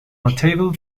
notable